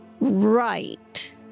Right